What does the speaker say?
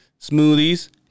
smoothies